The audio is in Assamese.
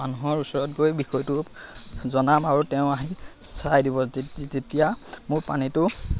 মানুহৰ ওচৰত গৈ বিষয়টো জনাম আৰু তেওঁ আহি চাই দিব তেতিয়া মোৰ পানীটো